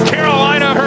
Carolina